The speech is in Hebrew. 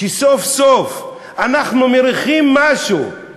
וסוף-סוף אנחנו מריחים משהו,